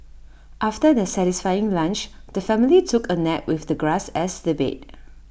after their satisfying lunch the family took A nap with the grass as their bed